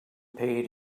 paid